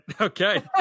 okay